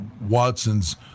Watson's